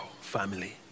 family